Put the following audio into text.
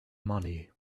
money